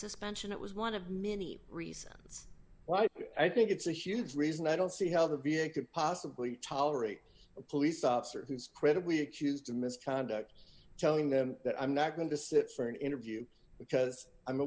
suspension it was one of many reasons why i think it's a huge reason i don't see how the v a could possibly tolerate a police officer who is credibly accused of misconduct telling them that i'm not going to sit for an interview because i'm